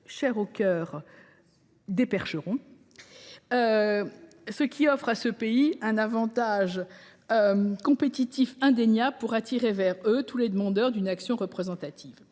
chers au cœur des Percherons –, ce qui offre à leurs pays un avantage compétitif indéniable pour attirer vers eux tous les demandeurs d’une action représentative.